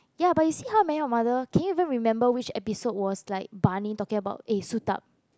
ya but you see How I Met Your Mother can you even remember which episode was like Barney talking about eh suit up